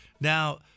Now